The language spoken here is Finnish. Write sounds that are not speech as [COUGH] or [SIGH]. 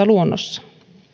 [UNINTELLIGIBLE] luonnossa